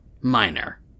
Minor